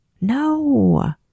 no